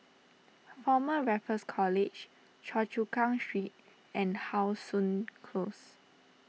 Former Raffles College Choa Chu Kang Street and How Sun Close